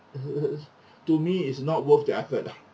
to me it's not worth the effort lah